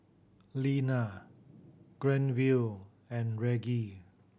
Linna Granville and Reggie